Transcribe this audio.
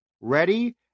ready